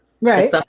right